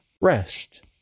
rest